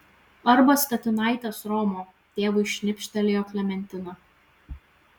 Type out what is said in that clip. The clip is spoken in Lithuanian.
arba statinaitės romo tėvui šnipštelėjo klementina